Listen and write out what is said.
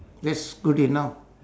that's good enough